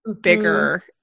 bigger